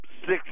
six